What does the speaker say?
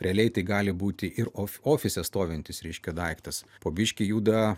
realiai tai gali būti ir of ofise stovintis reiškia daiktas po biškį juda